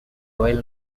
well